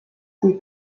kui